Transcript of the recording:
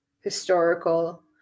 historical